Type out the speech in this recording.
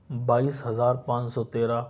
بائیس ہزار پانچ سو تیرہ